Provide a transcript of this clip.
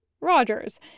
Rogers